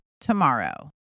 Tomorrow